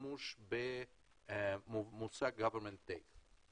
בשימוש במושג government take.